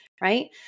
right